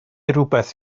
rywbeth